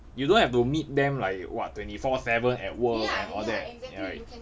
you don't have to meet them like what twenty four seven at work and all that right